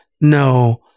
no